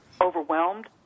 overwhelmed